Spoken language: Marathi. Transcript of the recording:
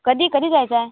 कधी कधी जायचं आहे